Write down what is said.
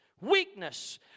Weakness